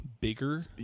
bigger